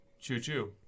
Choo-choo